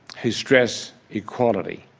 who stress equality,